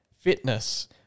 Fitness